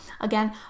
again